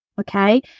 Okay